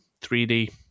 3D